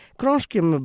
krążkiem